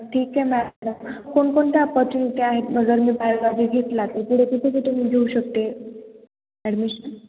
ठीक आहे मॅम कोणकोणत्या ऑपॉर्च्युनिटी आहेत मग जर मी बायोलॉजी घेतला तर पुढे कुठे कुठे मी घेऊ शकते ॲडमिशन